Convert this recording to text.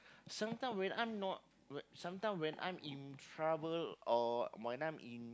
sometime when I'm not when sometime when I'm in trouble or when I'm in